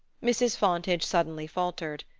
mrs. fontage suddenly faltered.